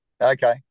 Okay